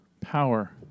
power